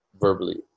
verbally